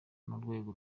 n’urwego